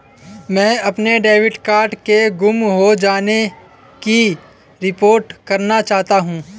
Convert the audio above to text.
मैं अपने debit card के गुम हो जाने की रिपोर्ट करना चाहता हूँ